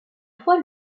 fois